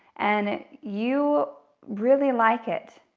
and you really like it,